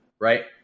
right